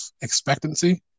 expectancy